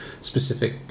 specific